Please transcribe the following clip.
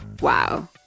Wow